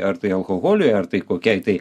ar tai alkoholiui ar tai kokiai tai